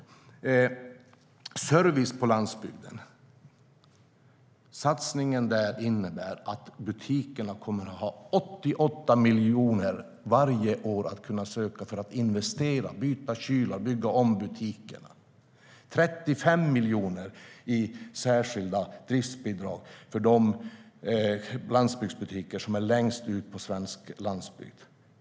När det gäller service på landsbygden innebär satsningen att butikerna kommer att kunna söka 88 miljoner varje år för att investera, byta kylar och bygga om butikerna. Det blir 35 miljoner i särskilda driftsbidrag för de landsbygdsbutiker som finns längst ut på svensk landsbygd.